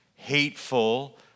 hateful